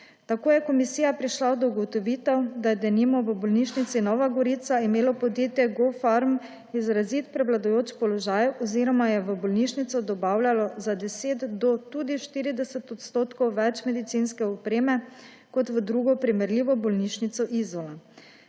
Tako je komisija prišla do ugotovitev, da je, denimo, v bolnišnici Nova Gorica imelo podjetje Gopharm izrazit prevladujoč položaj oziroma je bolnišnici dobavljalo za 10 do tudi 40 % več medicinske opreme kot drugi primerljivi bolnišnici Izola.